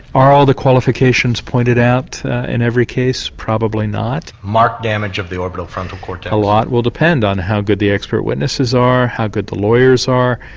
are all the qualifications pointed out in every case? probably not. marked damage of the orbital frontal cortex. a lot will depend on how good the expert witnesses are, how good the lawyers are,